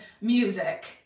music